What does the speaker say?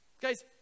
Guys